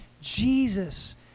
Jesus